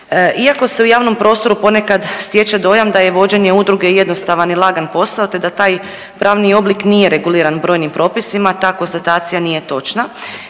Iako se u javnom prostoru ponekad stječe dojam da je vođenje udruge jednostavan i lagan posao, te da taj pravni oblik nije reguliran brojnim propisima, ta konstatacija nije točna.